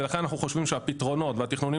ולכן אנחנו חושבים שהפתרונות והתכנונים